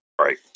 Right